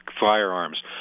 firearms